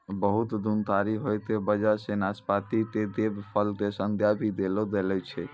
बहुत गुणकारी होय के वजह सॅ नाशपाती कॅ देव फल के संज्ञा भी देलो गेलो छै